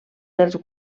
dels